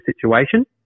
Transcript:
situation